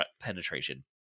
penetration